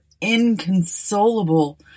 inconsolable